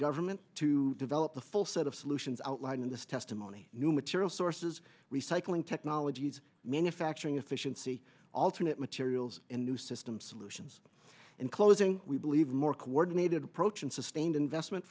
government to develop the full set of solutions outlined in this testimony new material sources recycling technologies manufacturing efficiency alternate materials and new system solutions in closing we believe a more coordinated approach and sustained investment